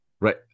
Right